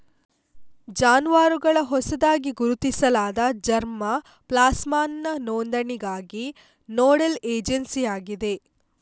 ಜಾನುವಾರುಗಳ ಹೊಸದಾಗಿ ಗುರುತಿಸಲಾದ ಜರ್ಮಾ ಪ್ಲಾಸಂನ ನೋಂದಣಿಗಾಗಿ ನೋಡಲ್ ಏಜೆನ್ಸಿಯಾಗಿದೆ